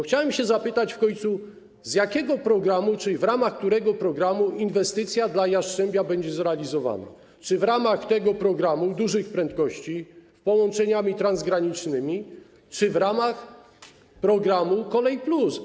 Chciałem zapytać: Z jakiego w końcu programu czy w ramach którego programu inwestycja dla Jastrzębia będzie zrealizowana - czy w ramach tego programu dużych prędkości z połączeniami transgranicznymi, czy w ramach programu „Kolej+”